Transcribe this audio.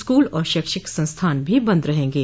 school और शैक्षिक संस्थान भी बंद रहेंगे